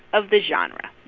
of the genre,